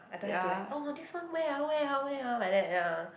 I don't have to like oh this one where ah where ah where ah like that ya